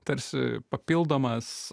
tarsi papildomas